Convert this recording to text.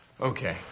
Okay